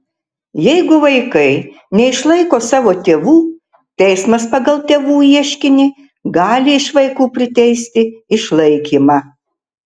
jeigu vaikai neišlaiko savo tėvų teismas pagal tėvų ieškinį gali iš vaikų priteisti išlaikymą